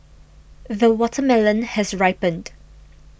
the watermelon has ripened